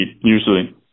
usually